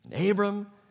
Abram